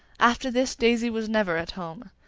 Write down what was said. after this daisy was never at home,